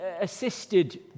assisted